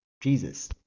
Jesus